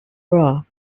bra